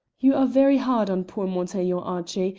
you are very hard on poor montaiglon, archie,